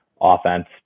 offense